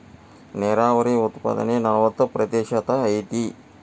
ನೇರಾವರಿ ಉತ್ಪಾದನೆ ನಲವತ್ತ ಪ್ರತಿಶತಾ ಐತಿ